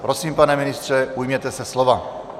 Prosím, pane ministře, ujměte se slova.